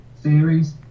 Series